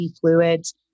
fluids